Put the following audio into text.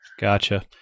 Gotcha